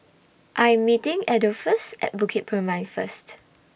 I Am meeting Adolphus At Bukit Purmei First